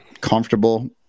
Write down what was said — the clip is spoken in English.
comfortable